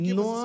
no